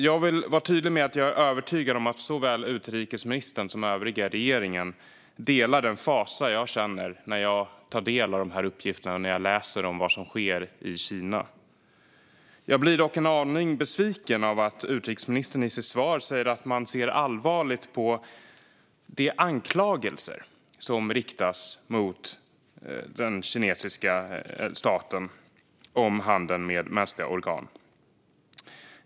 Jag vill vara tydlig med att jag är övertygad om att såväl utrikesministern som övriga regeringen delar den fasa jag känner när jag tar del av de här uppgifterna och läser om vad som sker i Kina. Jag blir dock en aning besviken av att utrikesministern i sitt svar säger att man "ser allvarligt på de anklagelser" som riktas mot den kinesiska staten om handeln med mänskliga organ.